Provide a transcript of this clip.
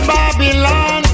Babylon